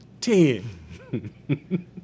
T-E-N